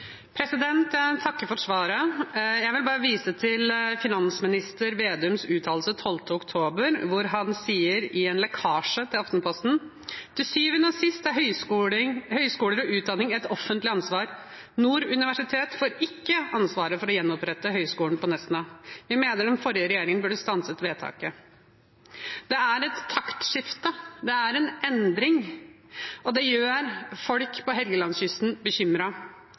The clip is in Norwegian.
Jeg takker for svaret. Jeg vil bare vise til finansminister Vedums uttalelse 12. oktober, hvor han sier i en lekkasje til Aftenposten: «Til syvende og sist er høyskoler og utdanning et offentlig ansvar. Nord universitet får ikke ansvaret for å gjenopprette høyskolen på Nesna. Vi mener den forrige regjeringen burde stanset vedtaket.» Det er et taktskifte. Det er en endring, og det gjør folk på Helgelandskysten